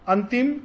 Antim